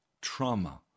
trauma